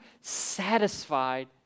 satisfied